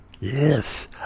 Yes